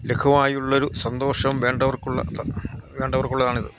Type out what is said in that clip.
ലഘുവായുള്ള ഒരു സന്തോഷം വേണ്ടവർക്കുള്ള വേണ്ടവർക്കുള്ളതാണ് ഇത്